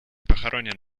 похоронен